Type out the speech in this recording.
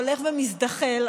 הולך ומזדחל,